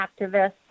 activists